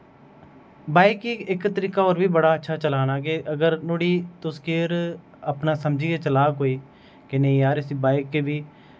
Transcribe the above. bike गी इक तरीका होर बी बड़ा अच्छा चलाना के अगर नुआढ़ी तुस केयर अपना समझियै चलाग कोई के नेंई यार इस बाईक गी बी